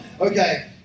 Okay